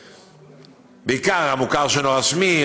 בעיקר המוכר שאינו רשמי,